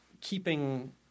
keeping